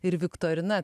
ir viktorina